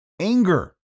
anger